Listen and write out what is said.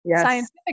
scientific